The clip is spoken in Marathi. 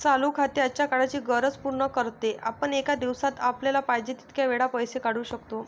चालू खाते आजच्या काळाची गरज पूर्ण करते, आपण एका दिवसात आपल्याला पाहिजे तितक्या वेळा पैसे काढू शकतो